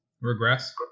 regress